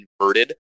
inverted